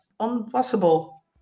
impossible